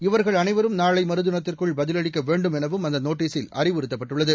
இவர்கள் அனைவரும் நாளை மறுதினத்திற்குள் பதிலளிக்க வேண்டும் எனவும் அந்த நோட்டீஸில் அறிவுறுத்தப்பட்டுள்ளது